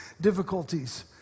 difficulties